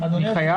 אני חייב?